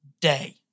day